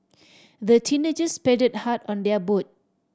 the teenagers paddled hard on their boat